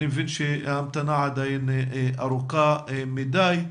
אני מבין שההמתנה עדיין ארוכה מדי.